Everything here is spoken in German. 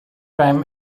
beim